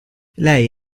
lei